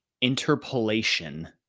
interpolation